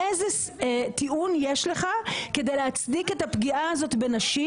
איזה טיעון יש לך כדי להצדיק את הפגיעה הזאת בנשים